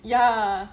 ya